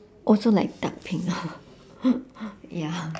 also like dark pink ya